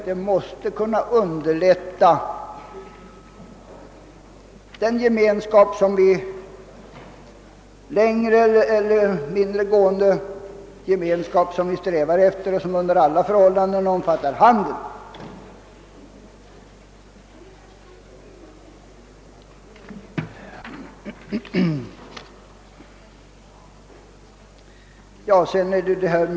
Detta måste underlätta den mer eller mindre vittgående gemenskap som vi alla strävar efter och som under alla förhållanden omfattar handeln.